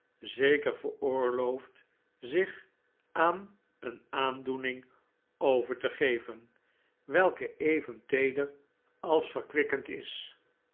zeker veroorloofd zich aan een aandoening over te geven welke even teeder als verkwikkend is